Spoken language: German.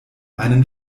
einen